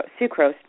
sucrose